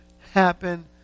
happen